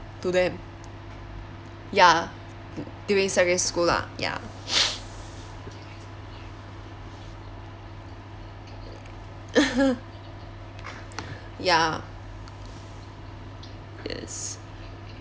to them ya during secondary school lah ya ya yes